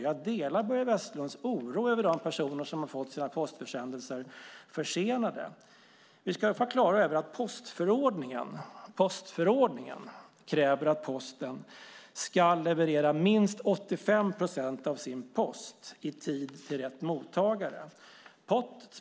Jag delar Börje Vestlunds oro för de personer som har fått sina postförsändelser försenade. Vi ska i alla fall vara klara över att postförordningen kräver att Posten ska leverera minst 85 procent av sin post i tid till rätt mottagare.